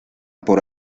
por